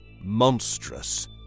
monstrous